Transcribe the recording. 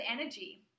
energy